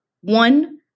One